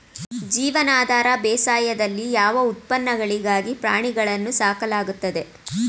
ಜೀವನಾಧಾರ ಬೇಸಾಯದಲ್ಲಿ ಯಾವ ಉತ್ಪನ್ನಗಳಿಗಾಗಿ ಪ್ರಾಣಿಗಳನ್ನು ಸಾಕಲಾಗುತ್ತದೆ?